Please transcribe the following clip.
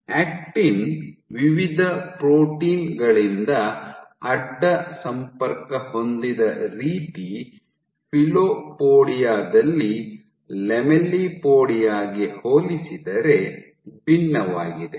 actin ವಿವಿಧ protein ಗಳಿಂದ ಅಡ್ಡ ಸಂಪರ್ಕ ಹೊಂದಿದ ರೀತಿ ಫಿಲೋಪೊಡಿಯಾ ದಲ್ಲಿ ಲ್ಯಾಮೆಲ್ಲಿಪೋಡಿಯಾ ಗೆ ಹೋಲಿಸಿದರೆ ಭಿನ್ನವಾಗಿದೆ